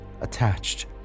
attached